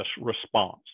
response